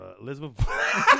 Elizabeth